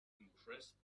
impressed